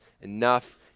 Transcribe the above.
enough